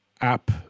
app